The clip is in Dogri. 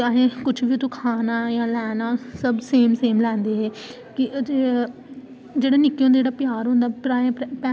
और अस बडे़ सारे में बडे़ सारे बच्चे किट्ठे करने फिर ओहदे बाद अस इत्थै खेलना ओर बड़ा मजा आना फिर असें